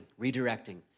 redirecting